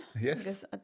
Yes